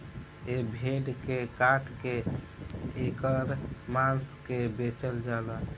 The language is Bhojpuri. ए भेड़ के काट के ऐकर मांस के बेचल जाला